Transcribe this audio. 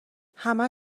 همه